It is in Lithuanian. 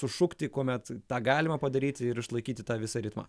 sušukti kuomet tą galima padaryti ir išlaikyti tą visą ritmą